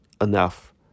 enough